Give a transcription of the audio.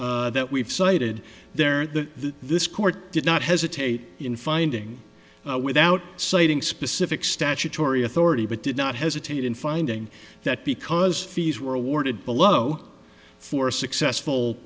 that we've cited there that this court did not hesitate in finding without citing specific statutory authority but did not hesitate in finding that because fees were awarded below for a successful